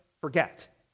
forget